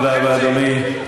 תודה רבה, אדוני.